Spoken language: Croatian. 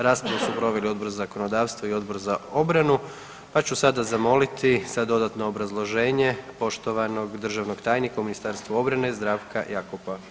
Raspravu su proveli Odbor za zakonodavstvo i Odbor za obranu pa ću sada zamoliti za dodatno obrazloženje poštovanog državnog tajnika u Ministarstvu obrane gospodina Zdravka Jakopa.